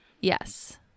yes